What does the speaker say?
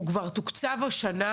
הוא כבר תוקצב השנה,